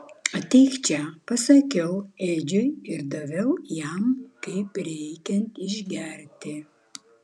ateik čia pasakiau edžiui ir daviau jam kaip reikiant išgerti